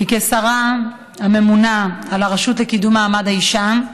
כי כשרה הממונה על הרשות לקידום מעמד האישה,